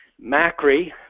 Macri